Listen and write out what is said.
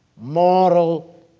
moral